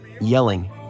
yelling